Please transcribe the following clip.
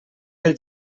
del